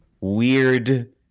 weird